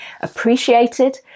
appreciated